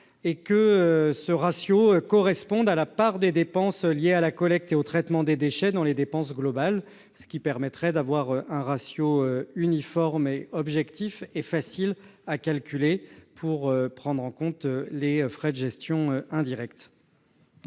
est que ce ratio corresponde à la part des dépenses liées à la collecte et au traitement des déchets dans les dépenses globales. Cela permettrait d'avoir un ratio uniforme, objectif et facile à calculer, pour prendre en compte les frais indirects